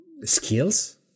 skills